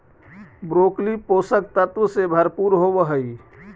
broccoli पोषक तत्व से भरपूर होवऽ हइ